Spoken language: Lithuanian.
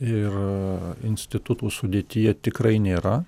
ir institutų sudėtyje tikrai nėra